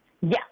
Yes